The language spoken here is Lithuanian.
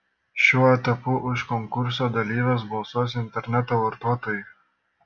šiuo etapu už konkurso dalyves balsuos interneto vartotojai